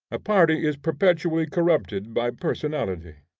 a party is perpetually corrupted by personality.